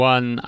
One